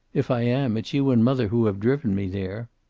if i am, it's you and mother who have driven me there.